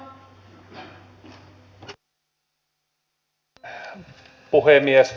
arvoisa puhemies